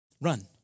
Run